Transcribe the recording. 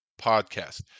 podcast